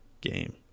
game